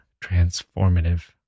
transformative